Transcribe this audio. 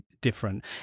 different